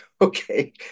Okay